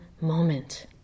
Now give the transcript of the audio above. moment